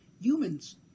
humans